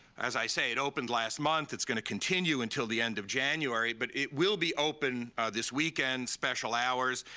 as i say, it opened last month. it's going to continue until the end of january. but it will be open this weekend, special hours.